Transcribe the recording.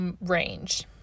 range